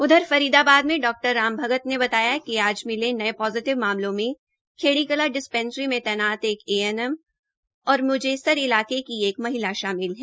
उध्र फरीदाबाद में डॉ राम भगत ने बताया कि आज मिले नये पोजिटिव मामलों में खिड़ीकला डिसपैंसरी में तैनात एक ए एन एम और मुजेसर इलाके की एक महिला शामिल है